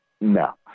No